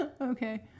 Okay